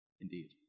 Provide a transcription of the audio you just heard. indeed